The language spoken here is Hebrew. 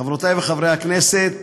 חברותי וחברֵי הכנסת,